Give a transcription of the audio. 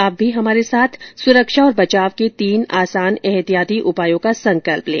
आप भी हमारे साथ सुरक्षा और बचाव के तीन आसान एहतियाती उपायों का संकल्प लें